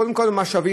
קודם כול עם משאבים,